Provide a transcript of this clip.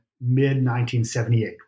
mid-1978